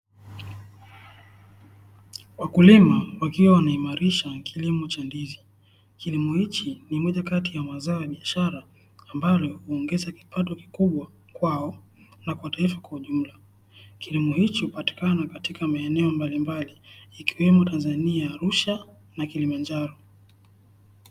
Wakulima wakiwa wanaimarisha kilimo cha ndizi. Kilimo hiki, ni moja kati ya mazao ya biashara, ambalo huongza kipato kikubwa kwao, na kwa taifa kwa ujumla. Kilimo hiki hupatikana katika maeneo mbalimbali ikiwemo, Tanzania ,Arusha na Kilimanjaro.